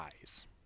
eyes